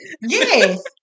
Yes